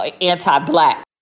anti-black